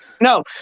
no